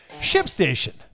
ShipStation